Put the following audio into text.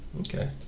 Okay